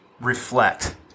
reflect